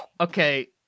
Okay